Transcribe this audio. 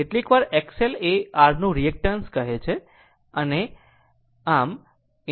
કેટલીકવાર X L એ r નું રિએક્ટન્ટ કહે છે